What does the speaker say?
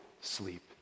sleep